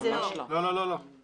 זאת לא הכוונה.